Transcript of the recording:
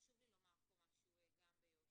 חשוב לי לומר כאן משהו וביושר.